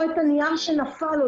או את הנייר שנפל לו,